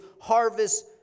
harvest